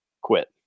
quit